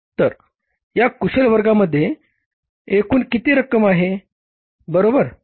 तर या कुशल वर्गामध्ये एकूण रक्कम किती आहे